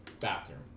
Bathroom